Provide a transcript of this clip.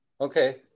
Okay